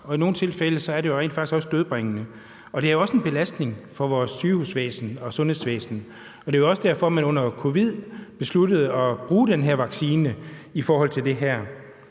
– i nogle tilfælde er det rente faktisk også dødbringende – og det er også en belastning for vores sygehusvæsen og sundhedsvæsen. Det er derfor, man under covid besluttede at bruge den her vaccine i forhold til det her.